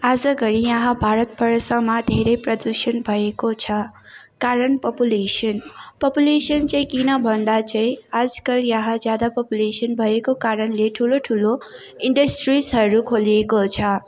आजघडी यहाँ भारत वर्षमा धेरै प्रदूषण भएको छ कारण पपुलेसन पपुलेसन चाहिँ किनभन्दा चाहिँ आजकल यहाँ ज्यादा पपुलेसन भएको कारणले ठुलो ठुलो इन्डस्ट्रिजहरू खोलिएको छ